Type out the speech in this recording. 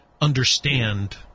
understand